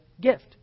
gift